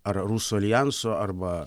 ar rusų aljanso arba